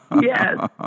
Yes